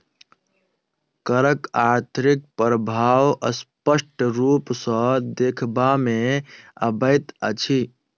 करक आर्थिक प्रभाव स्पष्ट रूप सॅ देखबा मे अबैत अछि